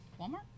Walmart